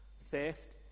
Theft